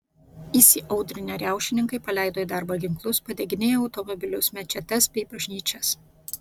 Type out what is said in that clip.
įsiaudrinę riaušininkai paleido į darbą ginklus padeginėjo automobilius mečetes bei bažnyčias